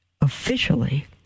officially